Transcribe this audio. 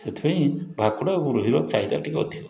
ସେଥିପାଇଁ ଭାକୁର ଆଉ ରୋହିର ଚାହିଦା ଟିକିଏ ଅଧିକ